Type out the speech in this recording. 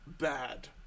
bad